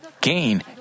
gain